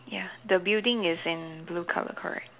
ya the building is in blue colour correct